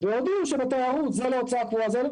ויודעים שבתיירות זה להוצאה קבועה.